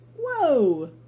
Whoa